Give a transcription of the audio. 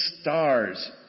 stars